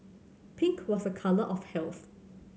pink was a colour of health